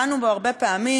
דנו בו הרבה פעמים,